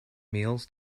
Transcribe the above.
meals